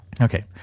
Okay